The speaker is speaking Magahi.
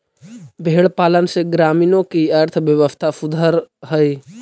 भेंड़ पालन से ग्रामीणों की अर्थव्यवस्था सुधरअ हई